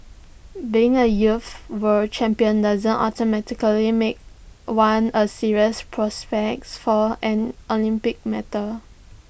being A youth world champion doesn't automatically make one A serious prospect for an Olympic medal